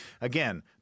again